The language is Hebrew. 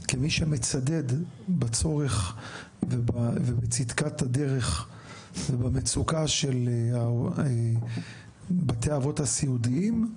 כמי שמצדד בצורך ובצדקת הדרך ובמצוקה של בתי האבות הסיעודיים,